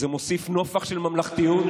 זה מוסיף נופך של ממלכתיות.